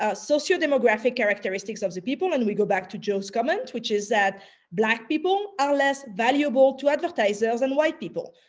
ah socio demographic characteristics of the people. and we go back to joe's comment, which is that black people are less valuable to advertisers than and white people.